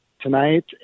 tonight